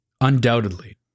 undoubtedly